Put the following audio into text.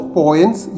points